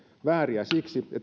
vääriä siksi